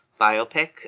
biopic